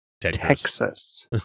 Texas